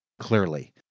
clearly